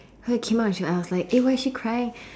her came out and she I was like eh why is she crying